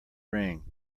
ring